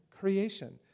creation